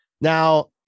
Now